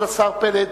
אנחנו פותחים,